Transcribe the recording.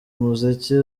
umuziki